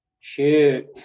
Shoot